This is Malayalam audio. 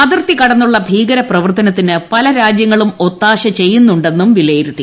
അതിർത്തി കടന്നുള്ള ഭീകര പ്രവർത്തനത്തിന് പല രാജ്യങ്ങളും ഒത്താശ ചെയ്യുന്നുണ്ടെന്നും വിലയിരുത്തി